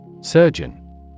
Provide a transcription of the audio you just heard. Surgeon